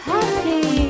Happy